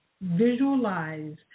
visualize